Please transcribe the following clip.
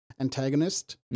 antagonist